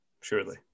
Surely